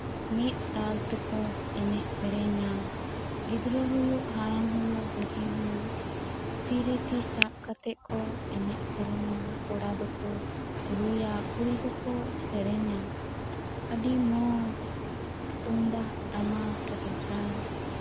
ᱢᱤᱫ ᱛᱟᱞ ᱛᱮᱠᱩ ᱮᱱᱮᱡ ᱥᱮᱨᱮᱧᱟ ᱜᱤᱫᱽᱨᱟᱹ ᱦᱩᱭᱩᱜ ᱦᱟᱲᱟᱢ ᱦᱩᱭᱩᱜ ᱵᱩᱰᱷᱤ ᱦᱩᱭᱩᱜ ᱛᱤᱨᱮ ᱛᱤ ᱥᱟᱵ ᱠᱟᱛᱮ ᱠᱩ ᱮᱱᱮᱡ ᱥᱮᱨᱮᱧᱟ ᱠᱚᱲᱟ ᱫᱚᱠᱚ ᱨᱩᱭᱟ ᱠᱩᱲᱤ ᱫᱚᱠᱚ ᱥᱮᱨᱮᱧᱟ ᱟᱹᱰᱤ ᱢᱚᱡᱽ ᱛᱩᱢᱫᱟᱜ ᱴᱟᱢᱟᱠ ᱨᱮᱜᱽᱲᱟ